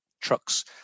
trucks